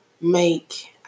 make